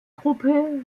gruppe